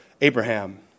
Abraham